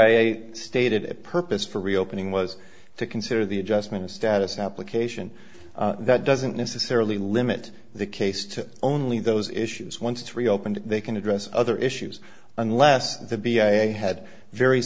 i stated it purpose for reopening was to consider the adjustment of status application that doesn't necessarily limit the case to only those issues once reopened they can address other issues unless the b s a had very